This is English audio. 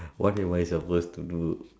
what am I supposed to do